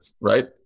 right